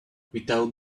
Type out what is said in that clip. without